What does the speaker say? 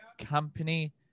company